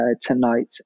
tonight